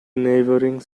neighboring